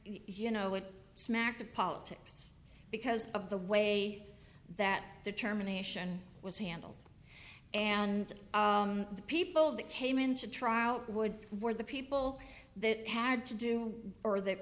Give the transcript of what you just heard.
you know it smacked of politics because of the way that determination was handled and the people that came into trial would be for the people that had to do or th